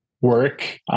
work